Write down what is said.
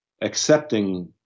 accepting